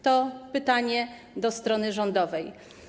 To pytanie do strony rządowej.